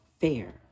fair